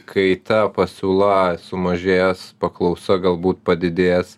kai ta pasiūla sumažės paklausa galbūt padidės